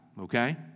okay